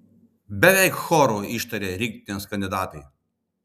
beveik choru ištarė rinktinės kandidatai